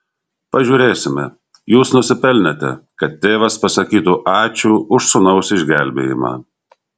pažiūrėsime jūs nusipelnėte kad tėvas pasakytų ačiū už sūnaus išgelbėjimą